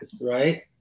Right